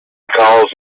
calls